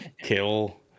Kill